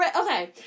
okay